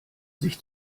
sich